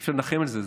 אי-אפשר לנחם על זה,